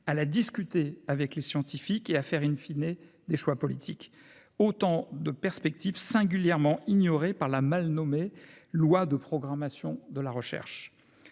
à la discuter avec les scientifiques et à faire une fille et des choix politiques autant de perspectives singulièrement ignorés par la mal nommée loi de programmation de la recherche,